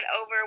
over